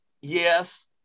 Yes